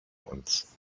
uns